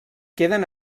queden